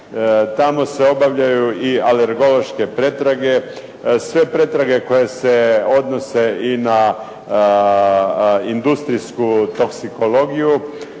Tamo se obavljaju i alergološke pretrage, sve pretrage koje se odnose i na industrijsku toksikologiju,